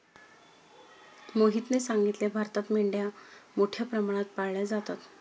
मोहितने सांगितले, भारतात मेंढ्या मोठ्या प्रमाणात पाळल्या जातात